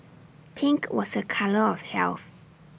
pink was A colour of health